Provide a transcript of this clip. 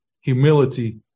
Humility